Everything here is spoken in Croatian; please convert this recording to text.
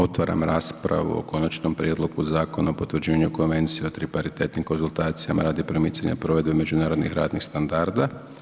Otvaram raspravu o Konačnom prijedlogu Zakona o potvrđivanju Konvencije o tripartitnim konzultacijama radi promicanja provedbe međunarodnih radnih standarda.